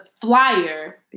flyer